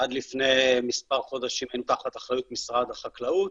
עד לפני מספר חודשים היינו תחת אחריות משרד החקלאות,